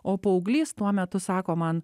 o paauglys tuo metu sako man